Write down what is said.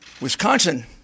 Wisconsin